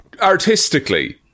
Artistically